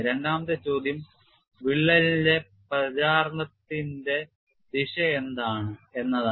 രണ്ടാമത്തെ ചോദ്യം വിള്ളൽ പ്രചാരണത്തിന്റെ ദിശ എന്താണ് എന്നതാണ്